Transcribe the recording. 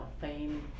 fame